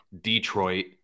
detroit